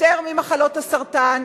יותר ממחלות הסרטן,